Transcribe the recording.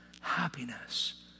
happiness